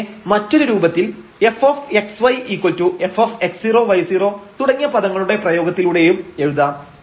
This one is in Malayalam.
ഇതിനെ മറ്റൊരു രൂപത്തിൽ f fx0y0 തുടങ്ങിയ പദങ്ങളുടെ പ്രയോഗത്തിലൂടെയും എഴുതാം